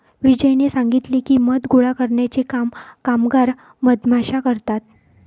विजयने सांगितले की, मध गोळा करण्याचे काम कामगार मधमाश्या करतात